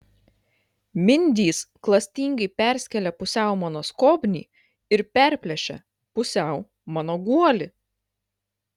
mindys klastingai perskėlė pusiau mano skobnį ir perplėšė pusiau mano guolį